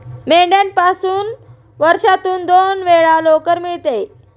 मेंढ्यापासून वर्षातून दोन वेळा लोकर मिळते